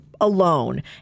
alone